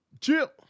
Chill